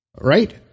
right